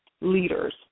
leaders